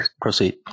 proceed